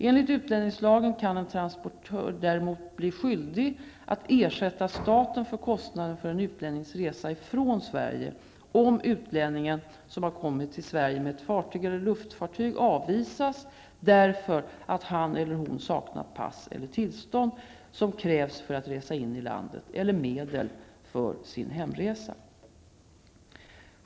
Enligt utlänningslagen kan en transportör däremot bli skyldig att ersätta staten för kostnaden för en utlännings resa från Sverige om utlänningen, som har kommit till Sverige med ett fartyg eller luftfartyg avvisas, därför att han eller hon saknar pass eller de tillstånd som krävs för att resa in i landet eller medel för sin hemresa.